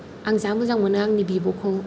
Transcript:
आं जा मोजां मोनो आंनि बिब'खौ